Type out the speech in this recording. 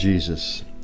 Jesus